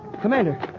Commander